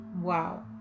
Wow